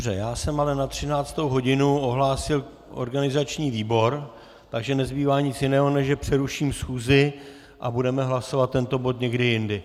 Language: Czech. Dobře, já jsem ale na 13. hodinu ohlásil organizační výbor, takže nezbývá nic jiného, než že přeruším schůzi, a budeme hlasovat tento bod někdy jindy.